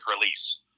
release